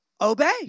Obey